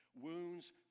Wounds